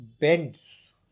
bends